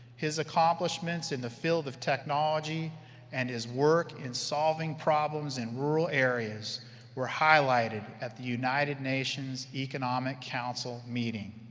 his accomplishments in the field of technology and his work in solving problems in rural areas were highlighted at the united nations economic council meeting.